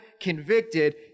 convicted